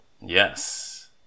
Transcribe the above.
Yes